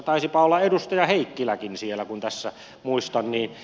taisipa olla edustaja heikkiläkin siellä kun tässä muistan